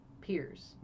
peers